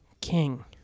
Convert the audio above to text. King